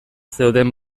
zeuden